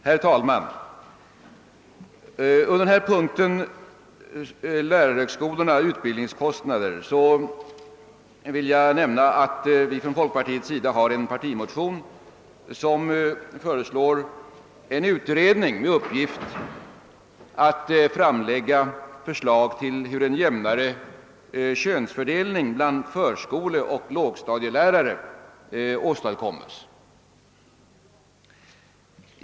Herr talman! Under denna punkt, Lärarhögskolorna: Utbildningskostnader, har vi en partimotion, som föreslår en utredning med uppgift att framlägga förslag till hur en jämnare könsfördelning bland förskoleoch lågstadielärare åstadkommes.